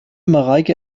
mareike